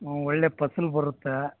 ಹ್ಞೂ ಒಳ್ಳೆಯ ಫಸಲು ಬರುತ್ತೆ